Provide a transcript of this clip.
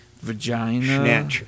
vagina